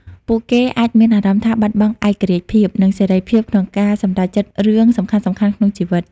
ពួកគេអាចមានអារម្មណ៍ថាបាត់បង់ឯករាជ្យភាព និងសេរីភាពក្នុងការសម្រេចចិត្តរឿងសំខាន់ៗក្នុងជីវិត ។